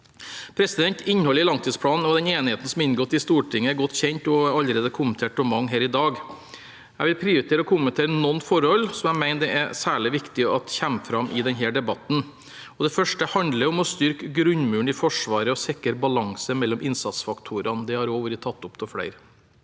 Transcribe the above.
Norge. Innholdet i langtidsplanen og den enigheten som er inngått i Stortinget, er godt kjent og er allerede kommentert av mange her i dag. Jeg vil prioritere å kommentere noen forhold som jeg mener er særlig viktig at kommer fram i denne debatten. Det første handler om å styrke grunnmuren i Forsvaret og sikre balanse mellom innsatsfaktorene. Det har også vært tatt opp av flere.